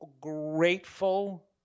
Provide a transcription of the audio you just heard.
grateful